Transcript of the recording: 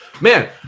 Man